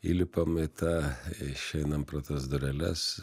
įlipam į tą išeinam pro tas dureles